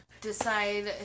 Decide